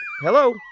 hello